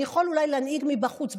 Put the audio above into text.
אני יכול אולי להנהיג מבחוץ,